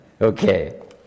Okay